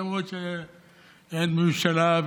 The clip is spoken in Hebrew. למרות שאין ממשלה,